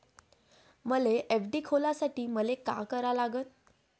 मले एफ.डी खोलासाठी मले का करा लागन?